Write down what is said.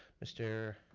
mr.